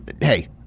hey